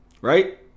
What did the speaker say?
right